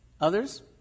Others